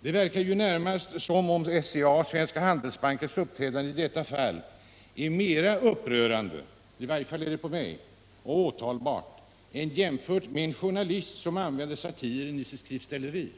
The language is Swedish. Det verkar närmast som om SCA:s och Svenska Handelsbankens uppträdande i detta fall är mer upprörande - i varje fall för mig — och åtalbart än när en journalist använder satir i sitt skriftställeri.